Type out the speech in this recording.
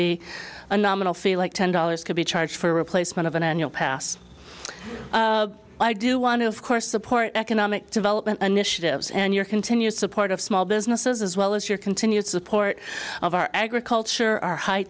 be a nominal fee like ten dollars could be charged for replacement of an annual pass i do want to of course support economic development initiatives and your continued support of small businesses as well as your continued support of our agriculture our high